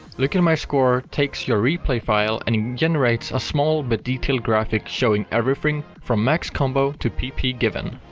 lookatmyscore takes your replay file and generates a small but detailed graphic showing everything from max combo to pp given.